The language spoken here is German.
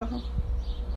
machen